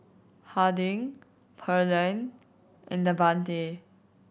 Harding Pearline and Davante